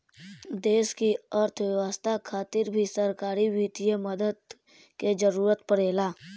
देश की अर्थव्यवस्था खातिर भी सरकारी वित्तीय मदद के जरूरत परेला